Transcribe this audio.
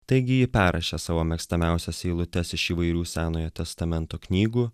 taigi ji perrašė savo mėgstamiausias eilutes iš įvairių senojo testamento knygų